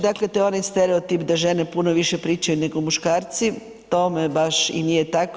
Dakle, to je onaj stereotip da žene puno više pričaju nego muškarci tome baš i nije tako.